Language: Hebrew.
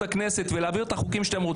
הכנסת ולהעביר את החוקים שאתם רוצים.